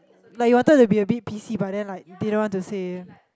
like you wanted to be a bit P_C but then like didn't want to say